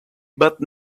but